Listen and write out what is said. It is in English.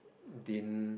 didn't